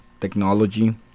technology